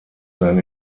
sein